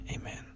Amen